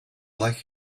like